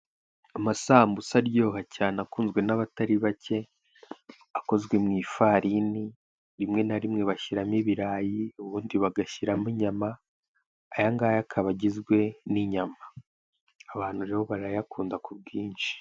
Amasambusa aryoha cyane akunzwe n'abatari bake; akozwe mu ifarini, rimwe na rimwe bashyiramo ibirayi, ubundi bagashyiramo inyama, ayangaya akaba agizwe n'inyama; abantu rero barayakunda ku bwinshi.